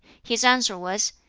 his answer was,